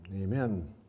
amen